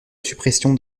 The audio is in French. suppression